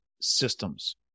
systems